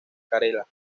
calera